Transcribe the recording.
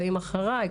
באים אחריי,